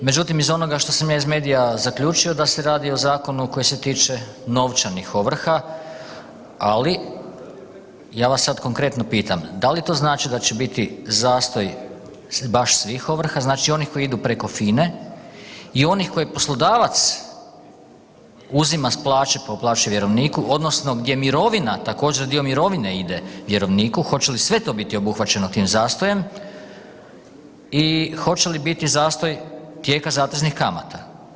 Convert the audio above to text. Međutim iz onoga što sam ja iz medija zaključio da se radi o zakonu koji se tiče novčanih ovrha, ali ja vas sad konkretno pitam, da li to znači da će biti zastoj baš svih ovrha, znači i onih koji idu preko FINE i onih koje poslodavac uzima s plaće pa uplaćuje vjerovniku odnosno gdje mirovina, također dio mirovine ide vjerovniku, hoće li sve to biti obuhvaćeno tim zastojem i hoće li biti zastoj tijeka zateznih kamata?